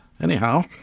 anyhow